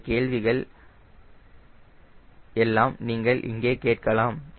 இந்தக் கேள்விகள் எல்லாம் நீங்கள் இங்கே கேட்கலாம்